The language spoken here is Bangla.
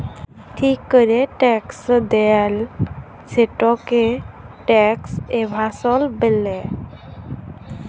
ঠিক ক্যরে ট্যাক্স দেয়লা, সেটকে ট্যাক্স এভাসল ব্যলে